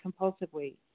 compulsively